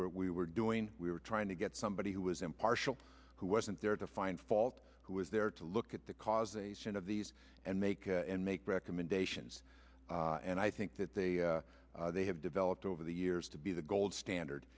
were we were doing we were trying to get somebody who was impartial who wasn't there to find fault who was there to look at the causation of these and make and make recommendations and i think that they they have developed over the years to be the gold standard